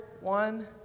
One